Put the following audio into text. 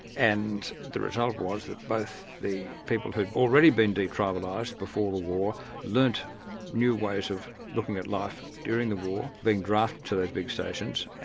and the result was that both the people who'd already been detribalised before the war, learnt new ways of looking at life during the war, being drafted to those big stations,